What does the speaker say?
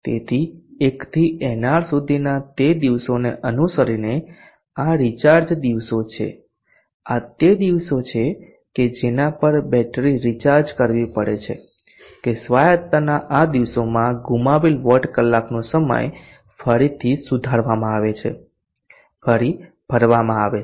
તેથી 1 થી nr સુધીના તે દિવસોને અનુસરીને આ રિચાર્જ દિવસો છે આ તે દિવસો છે કે જેના પર બેટરી રિચાર્જ કરવી પડે છે કે સ્વાયતતાના આ દિવસોમાં ગુમાવેલ વોટ કલાકનો સમય ફરીથી સુધારવામાં આવે છે ફરી ભરવામાં આવે છે